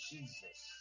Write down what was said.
Jesus